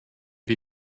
wir